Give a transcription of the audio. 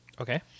okay